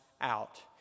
out